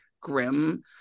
grim